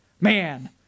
Man